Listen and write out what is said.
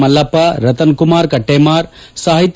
Mallappa Ratan Kumar Kattemar Sahitya